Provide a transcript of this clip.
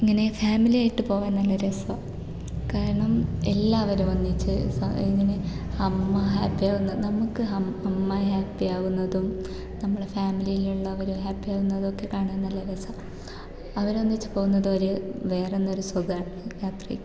ഇങ്ങനെ ഫാമിലി ആയിട്ട് പോകാൻ നല്ല രസാണ് കാരണം എല്ലാവരും ഒന്നിച്ച് ഇങ്ങനെ അമ്മ ഹാപ്പി ആകുന്നു നമുക്ക് അമ്മ ഹാപ്പി ആകുന്നതും നമ്മളെ ഫാമിലിയിലുള്ളവർ ഹാപ്പിയാകുന്നത് ഒക്കെ കാണാൻ നല്ല രസം അവർ ഒന്നിച്ച് പോകുന്നതൊരു വേറെ തന്നെ ഒരു സുഖം യാത്രക്ക്